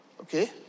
okay